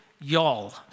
y'all